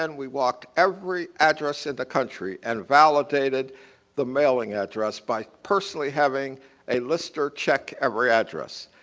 and we walked every address in the country and validated the mailing address by personally having a lister check every address.